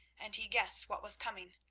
and he guessed what was coming.